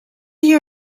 you